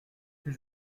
que